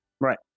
Right